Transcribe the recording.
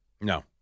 No